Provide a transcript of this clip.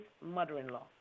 mother-in-law